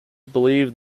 believed